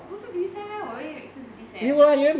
不是 fifty cents meh 我以为是 fifty cents